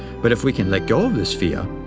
but if we can let go of this fear,